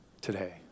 today